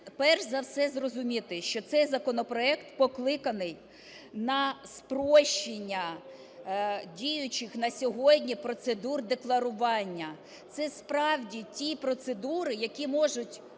перш за все зрозуміти, що цей законопроект покликаний на спрощення діючих на сьогодні процедур декларування. Це справді ті процедури, які можуть